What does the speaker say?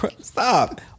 Stop